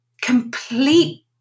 complete